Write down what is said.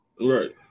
right